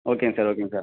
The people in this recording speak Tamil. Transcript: ஓகேங்க சார் ஓகேங்க சார்